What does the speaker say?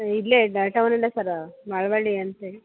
ಇಲ್ಲೇ ಇದು ಟೌನಿಂದ ಸರ್ ಮಳವಳ್ಳಿ ಅಂತ ಹೇಳಿ